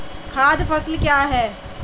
खाद्य फसल क्या है?